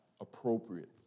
appropriate